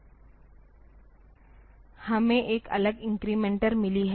हमें एक अलग इंक्रेमेंटर मिली है